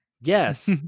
Yes